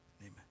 Amen